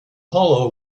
hollow